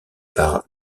par